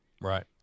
Right